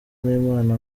n’imana